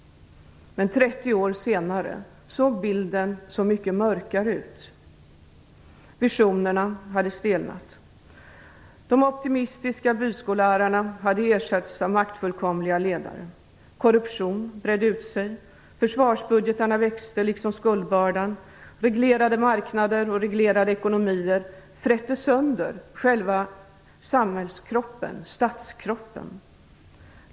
Men 30 år senare såg bilden så mycket mörkare ut. Visionerna hade stelnat. De optimistiska byskollärarna hade ersatts av maktfullkomliga ledare. Korruption bredde ut sig, försvarsbudgetarna växte, liksom skuldbördan. Reglerade marknader och reglerade ekonomier frätte sönder själva samhällskroppen, statskroppen.